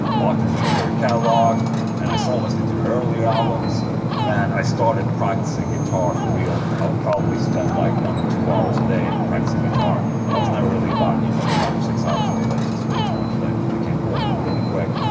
bought the dream theater ah catalog and i started listening to their earlier albums and i started practicing guitar for real. i would probably spend like one or two hours a day practicing guitar i was never really about you know five or six hours a day. that's just way too much, that became boring really quick.